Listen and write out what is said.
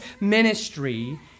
ministry